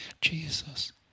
Jesus